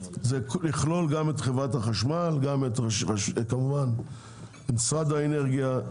זה יכלול גם את חברת החשמל, את משרד האנרגיה,